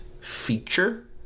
feature